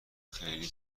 خیلی